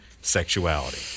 sexuality